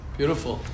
Beautiful